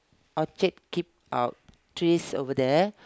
object keep out trees over there